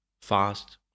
fast